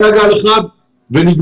היה גם שלב ונגמר.